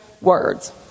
words